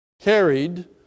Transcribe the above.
carried